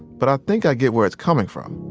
but i think i get where it's coming from.